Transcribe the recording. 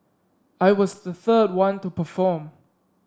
I was the third one to perform